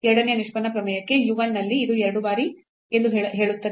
ಎರಡನೇ ನಿಷ್ಪನ್ನ ಪ್ರಮೇಯಕ್ಕೆ u 1 ನಲ್ಲಿ ಅದು 2 ಬಾರಿ ಎಂದು ಹೇಳುತ್ತದೆ